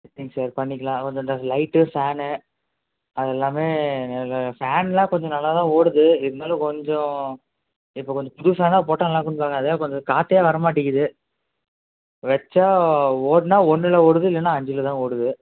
சரிங்க சார் பண்ணிக்கலாம் வந்து வந்து லைட்டு ஃபேனு அதெல்லாமே ஃபேனெலாம் கொஞ்சம் நல்லா தான் ஓடுது இருந்தாலும் கொஞ்சம் இப்போ கொஞ்சம் புதுசானால் போட்டால் நல்லாயிருக்குனு சொன்னாங்க அது கொஞ்சம் காற்றே வர மாட்டேங்கிது வைச்சா ஓடினா ஒன்றுல ஓடுது இல்லைனா அஞ்சில் தான் ஓடுது